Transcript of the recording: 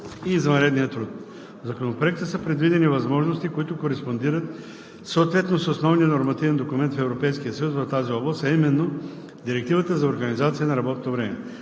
и извънредния труд. В Законопроекта са предвидени възможности, които кореспондират съответно с основния нормативен документ в Европейския съюз в тази област, а именно Директивата за организация на работното време.